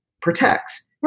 protects